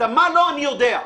מה לא אני יודע.